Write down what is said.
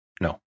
No